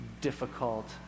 difficult